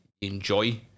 enjoy